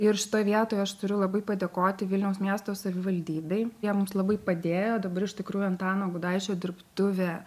ir šitoj vietoj aš turiu labai padėkoti vilniaus miesto savivaldybei jie mums labai padėjo dabar iš tikrųjų antano gudaičio dirbtuvė